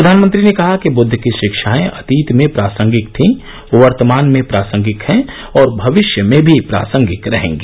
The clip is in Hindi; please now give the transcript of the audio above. प्रधानमंत्री ने कहा कि बुद्द की शिक्षाएं अतीत में प्रासंगिक थीं वर्तमान में प्रासंगिक हैं और भविष्य में भी प्रासंगिक रहेगी